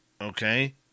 Okay